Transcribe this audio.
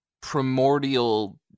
primordial